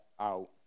out